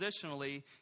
positionally